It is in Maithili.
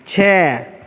छै